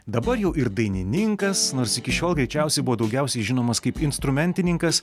dabar jau ir dainininkas nors iki šiol greičiausiai buvo daugiausiai žinomas kaip instrumentininkas